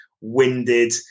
winded